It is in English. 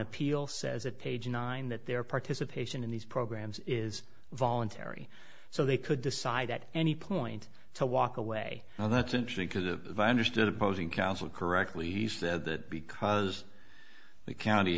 appeal says at page nine that their participation in these programs is voluntary so they could decide at any point to walk away now that's interesting because the understood opposing counsel correctly he said that because the county